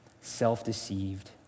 self-deceived